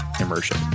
immersion